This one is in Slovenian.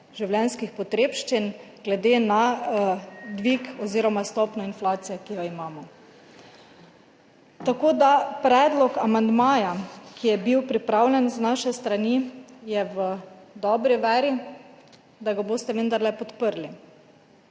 življenjskih potrebščin glede na dvig oziroma stopnjo inflacije, ki jo imamo. Predlog amandmaja, ki je bil pripravljen z naše strani, je v dobri veri, da ga boste vendarle podprli.